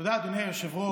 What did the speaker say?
תודה, אדוני היושב-ראש.